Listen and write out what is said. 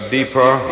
deeper